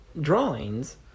drawings